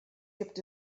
gibt